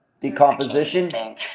Decomposition